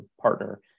partner